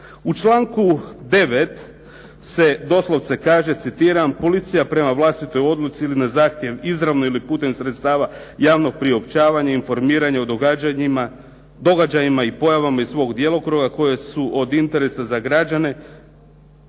U članku 9. se doslovce kaže, citiram, policija prema vlastitoj odluci ili na zahtjev izravno ili putem sredstava javnog priopćavanja informiranja o događanjima, događajima i pojavama iz svog djelokruga koje su od interesa za građane